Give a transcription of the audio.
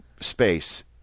space